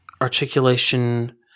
articulation